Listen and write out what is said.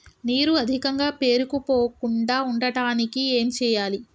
నీరు అధికంగా పేరుకుపోకుండా ఉండటానికి ఏం చేయాలి?